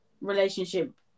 relationship